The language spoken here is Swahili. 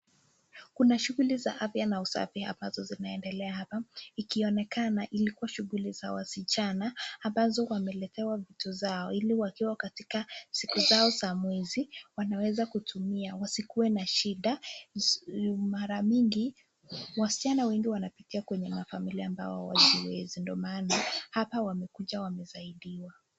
Kuna shughuli za afya na usafi ambazo zinaendelea hapa, ikionekana ilikuwa shughuli za wasichana ambazo wameletewa vitu zao, ili wakiwa katika siku zao za mwezi wanaweza kutumia, wasikuwe na shida. Mara mingi wasichana wengi wanatokea kwenye mafamilia ambao hawajiwezi, ndo maana hapa wamekuja wamesaidiwa.